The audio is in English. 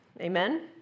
Amen